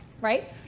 right